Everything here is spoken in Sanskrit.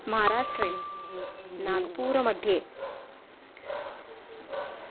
महाराष्ट्रे नागपुरमध्ये